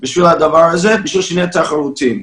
בשביל הדבר הזה, כדי שנהיה תחרותיים.